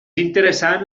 interessant